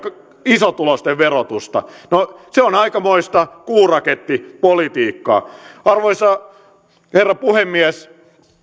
isotuloisten verotusta ja se on aikamoista kuurakettipolitiikkaa arvoisa herra puhemies